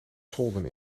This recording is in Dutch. solden